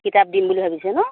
কিতাপ দিম বুলি ভাবিছে ন